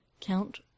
count